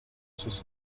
sus